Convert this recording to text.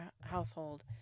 household